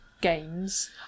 games